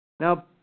Now